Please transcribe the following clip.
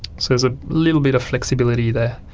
so there's a little bit of flexibility there,